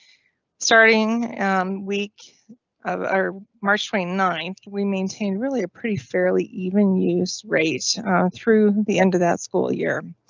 starting a and week of our march twenty ninth, we maintain really a pretty fairly even use race through the end of that school year.